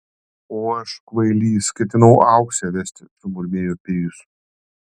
o aš kvailys ketinau auksę vesti sumurmėjo pijus